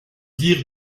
dire